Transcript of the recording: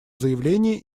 заявление